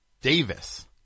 Davis